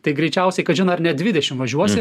tai greičiausiai kažin ar ne dvidešim važiuosi